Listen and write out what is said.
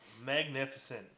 Magnificent